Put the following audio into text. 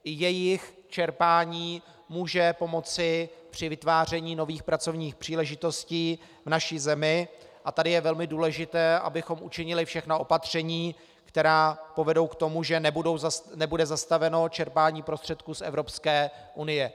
I jejich čerpání může pomoci při vytváření nových pracovních příležitostí v naší zemi, a tady je velmi důležité, abychom učinili všechna opatření, která povedou k tomu, že nebude zastaveno čerpání prostředků z Evropské unie.